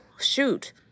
shoot